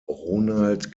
ronald